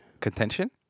Contention